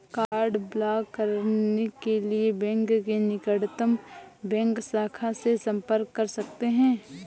card block करने के लिए बैंक की निकटतम बैंक शाखा से संपर्क कर सकते है